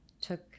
took